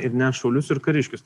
ir net šaulius ir kariškius